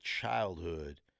childhood